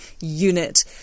unit